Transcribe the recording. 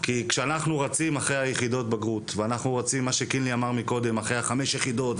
כי כשאנחנו רצים אחרי יחידות בגרות ואנחנו רצים אחרי חמש יחידות,